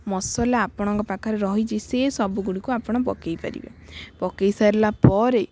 ମସଲା ଆପଣଙ୍କ ପାଖରେ ରହିଛି ସିଏ ସବୁଗୁଡ଼ିକୁ ଆପଣ ପକାଇ ପାରିବେ ପକାଇ ସାରିଲା ପରେ